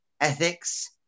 ethics